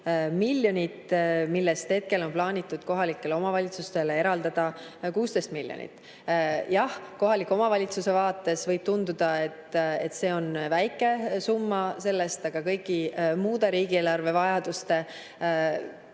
millest hetkel on plaanitud kohalikele omavalitsustele eraldada 16 miljonit. Jah, kohaliku omavalitsuse vaates võib tunduda, et see on väike summa sellest, aga kõigi muude riigieelarvevajaduste vaates